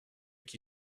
qui